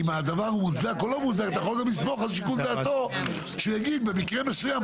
אתה יכול לסמוך על שיקול דעתו שיגיד במקרה מסוים,